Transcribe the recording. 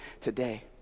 today